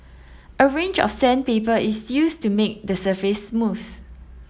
a range of sandpaper is used to make the surface smooth